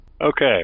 Okay